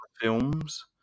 films